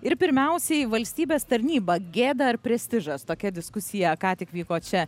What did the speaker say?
ir pirmiausiai valstybės tarnyba gėda ar prestižas tokia diskusija ką tik vyko čia